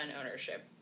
ownership